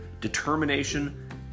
determination